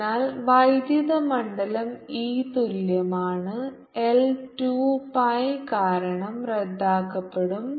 അതിനാൽ വൈദ്യുത മണ്ഡലം E തുല്യമാണ് L 2 pi കാരണം റദ്ദാക്കപ്പെടും